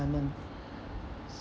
retirement